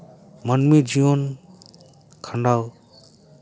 ᱢᱟᱹᱱᱢᱤ ᱡᱤᱭᱚᱱ ᱠᱷᱟᱸᱱᱰᱟᱣ